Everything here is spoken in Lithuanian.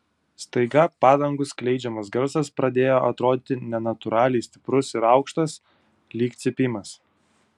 staiga padangų skleidžiamas garsas pradėjo atrodyti nenatūraliai stiprus ir aukštas lyg cypimas